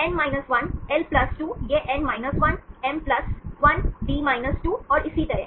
N 1 L 2 यह N 1 M 1 D 2 और इसी तरह